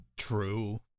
True